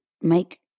make